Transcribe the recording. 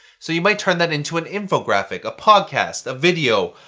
so you might turn that into an infographic, a podcast, a video,